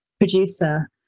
producer